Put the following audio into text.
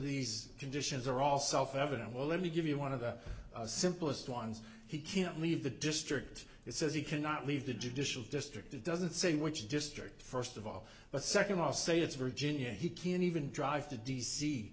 these conditions are all self evident well let me give you one of the simplest ones he can't leave the district it says he cannot leave the judicial district it doesn't say which district first of all but second i'll say it's virginia he can even drive to d